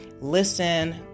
listen